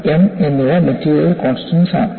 C m എന്നിവ material constants ആണ്